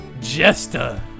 Jester